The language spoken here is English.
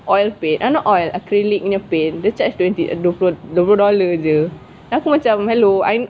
oil paint eh not oil acrylic punya paint they charge twenty dua puluh dua puluh dolar jer hello I'm